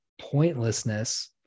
pointlessness